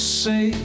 say